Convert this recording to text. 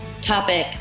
topic